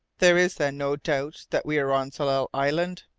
there is, then, no doubt that we are on tsalal island?